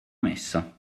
messa